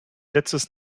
letztes